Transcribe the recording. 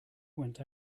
went